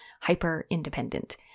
hyper-independent